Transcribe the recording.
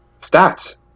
Stats